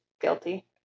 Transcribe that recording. guilty